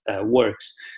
works